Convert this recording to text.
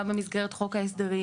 גם במסגרת חוק ההסדרים,